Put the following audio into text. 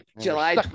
July